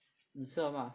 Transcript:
你吃了吗